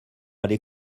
aller